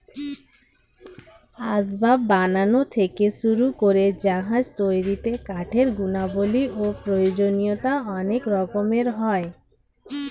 আসবাব বানানো থেকে শুরু করে জাহাজ তৈরিতে কাঠের গুণাবলী ও প্রয়োজনীয়তা অনেক রকমের হয়